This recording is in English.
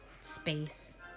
space